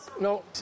no